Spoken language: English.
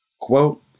Quote